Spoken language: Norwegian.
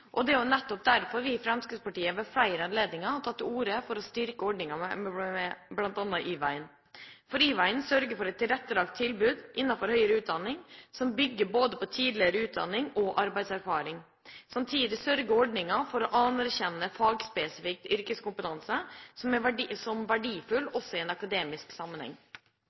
Det er nettopp derfor vi i Fremskrittspartiet ved flere anledninger har tatt til orde for å styrke ordninger som bl.a. Y-veien. Y-veien sørger for et tilrettelagt tilbud innenfor høyere utdanning som bygger både på tidligere utdanning og på arbeidserfaring. Samtidig sørger ordningen for å anerkjenne fagspesifikk yrkeskompetanse som verdifull også i en akademisk sammenheng.